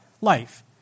Life